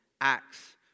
acts